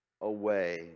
away